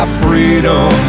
freedom